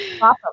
Awesome